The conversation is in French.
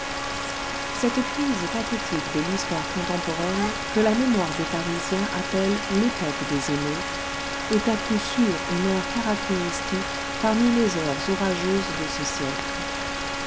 cette crise pathétique de l'histoire contemporaine que la mémoire des parisiens appelle l'époque des émeutes est à coup sûr une heure caractéristique parmi les heures orageuses de ce siècle